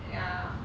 ya